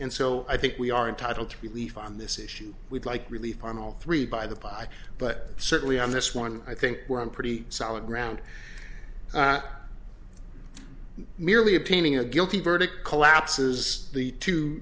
and so i think we are entitled to believe on this issue we'd like relief on all three by the by but certainly on this one i think we're in pretty solid ground merely obtaining a guilty verdict collapses the two